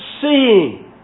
seeing